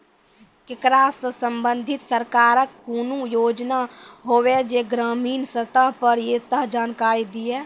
ऐकरा सऽ संबंधित सरकारक कूनू योजना होवे जे ग्रामीण स्तर पर ये तऽ जानकारी दियो?